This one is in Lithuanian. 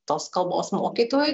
tos kalbos mokytojai